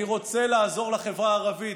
אני רוצה לעזור לחברה הערבית,